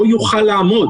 לא יוכל לעמוד.